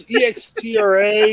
extra